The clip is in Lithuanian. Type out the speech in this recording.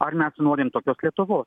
ar mes norim tokios lietuvos